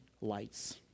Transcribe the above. lights